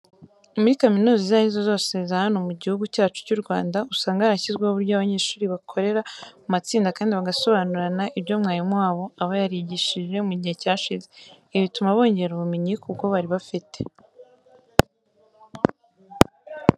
Muri kaminuza izo ari zo zose za hano mu gihugu cyacu cy'u Rwanda, usanga harashyizweho uburyo abanyeshuri bakorera mu matsinda kandi bagasobanurirana ibyo umwarimu wabo aba yarigishije mu gihe cyashize. Ibi bituma bongera ubumenyi ku bwo bari bafite.